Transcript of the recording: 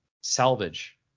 salvage